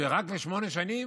שרק לשמונה שנים?